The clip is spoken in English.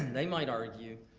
they might argue,